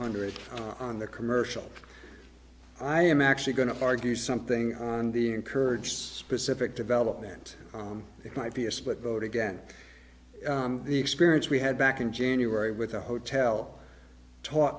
hundred on the commercial i am actually going to argue something on the encourage specific development it might be a split vote again the experience we had back in january with a hotel taught